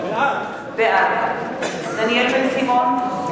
בעד דניאל בן-סימון,